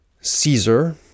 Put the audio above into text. Caesar